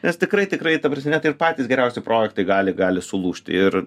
nes tikrai tikrai ta prasme net ir patys geriausi projektai gali gali sulūžti ir